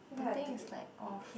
the thing is like off